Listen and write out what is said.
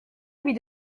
lui